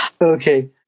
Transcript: Okay